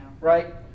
Right